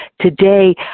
Today